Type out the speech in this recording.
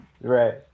Right